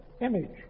image